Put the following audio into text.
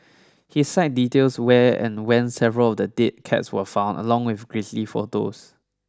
his site details where and when several of the dead cats were found along with grisly photos